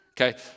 Okay